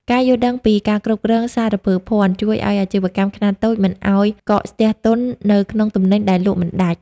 ការយល់ដឹងពី "ការគ្រប់គ្រងសារពើភ័ណ្ឌ" ជួយឱ្យអាជីវកម្មខ្នាតតូចមិនឱ្យកកស្ទះទុននៅក្នុងទំនិញដែលលក់មិនដាច់។